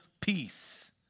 peace